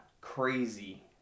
crazy